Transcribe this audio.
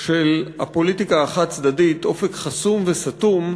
של הפוליטיקה החד-צדדית, אופק חסום וסתום,